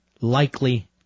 likely